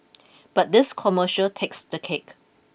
but this commercial takes the cake